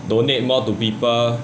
donate more to people